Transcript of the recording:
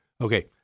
Okay